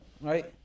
Right